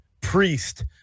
Priest